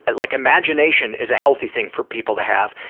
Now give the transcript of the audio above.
like imagination is a healthy thing for people to have,